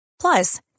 Plus